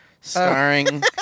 starring